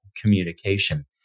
communication